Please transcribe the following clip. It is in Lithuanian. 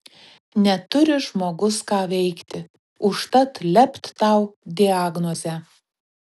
neturi žmogus ką veikti užtat lept tau diagnozę